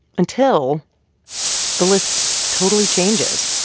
until the list totally changes